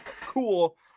cool